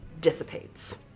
dissipates